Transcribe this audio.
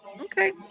okay